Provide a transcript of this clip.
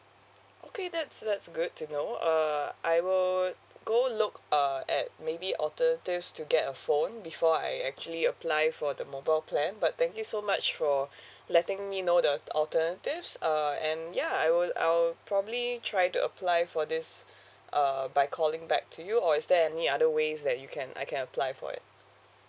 okay that's that's good to know uh I will go look uh at maybe alternatives to get a phone before I actually apply for the mobile plan but thank you so much for letting me know the alternatives uh and ya I will I will probably try to apply for this uh by calling back to you or is there any other ways that you can I can apply for it